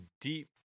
deep